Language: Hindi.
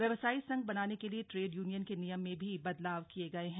व्यावसायिक संघ बनाने के लिए ट्रेड यूनियन के नियम में भी बदलाव किये गए हैं